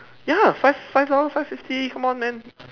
ya five five dollars five fifty come on man